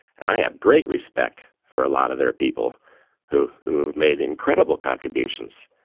and i have great respect for a lot of their people who have made incredible contributions.